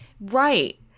Right